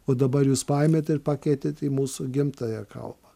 o dabar jūs paėmėt ir pakeitėt į mūsų gimtąją kalbą